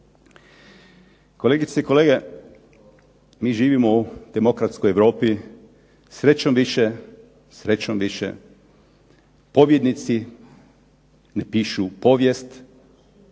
Kolegice i kolege, mi živimo u demokratskoj Europi. Srećom više pobjednici ne pišu povijest,